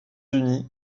unis